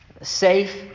safe